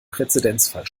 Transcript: präzedenzfall